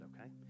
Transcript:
okay